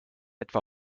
etwa